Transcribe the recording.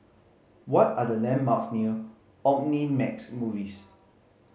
what are the landmarks near Omnimax Movies